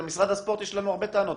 אל משרד הספורט יש לנו הרבה טענות,